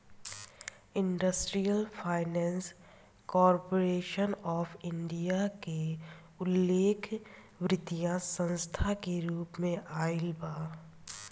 industrial finance corporation of India के उल्लेख वित्तीय संस्था के रूप में कईल बा